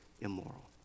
immoral